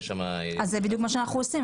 זה בדיוק מה שאנחנו עושים.